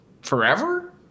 forever